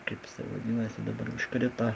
kaip jisai vadinasi dabar užkrito